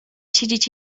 siedzieć